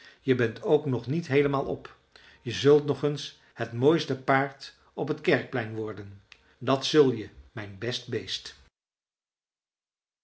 je bent ook nog niet heelemaal op je zult nog eens het mooiste paard op het kerkplein worden dat zul je mijn best beest